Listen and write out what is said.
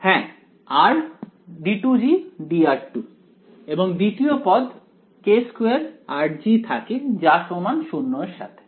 হ্যাঁ rd2Gdr2 এবং দ্বিতীয় পদ k2rG থাকে যা সমান 0 এর সাথে